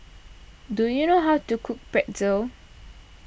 do you know how to cook Pretzel